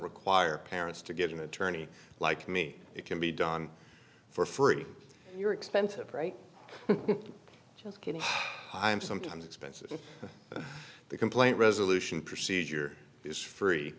require parents to get an attorney like me it can be done for free you're expensive right just kidding i am sometimes expensive and the complaint resolution procedure is free